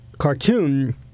cartoon